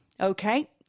Okay